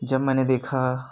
जब मैंने देखा